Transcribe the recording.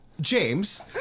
James